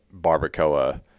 barbacoa